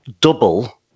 Double